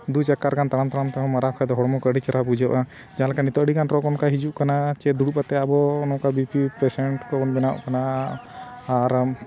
ᱫᱩ ᱪᱚᱠᱠᱚᱨ ᱜᱟᱱ ᱛᱟᱲᱟᱢ ᱛᱟᱲᱟᱢ ᱛᱮᱦᱚᱸ ᱢᱟᱨᱟᱣ ᱠᱷᱟᱱ ᱫᱚ ᱦᱚᱲᱢᱚ ᱠᱚ ᱟᱹᱰᱤ ᱪᱮᱦᱨᱟ ᱵᱩᱡᱷᱟᱹᱜᱼᱟ ᱡᱟᱦᱟᱸ ᱞᱮᱠᱟ ᱱᱤᱛᱳᱜ ᱟᱹᱰᱤ ᱜᱟᱱ ᱨᱳᱜᱽ ᱚᱱᱠᱟ ᱦᱤᱡᱩᱜ ᱠᱟᱱᱟ ᱪᱮᱫ ᱫᱩᱲᱩᱵ ᱠᱟᱛᱮᱫ ᱟᱵᱚ ᱱᱚᱝᱠᱟ ᱵᱤ ᱯᱤ ᱯᱮᱥᱮᱱᱴ ᱠᱚᱵᱚᱱ ᱵᱮᱱᱟᱣᱚᱜ ᱠᱟᱱᱟ ᱟᱨ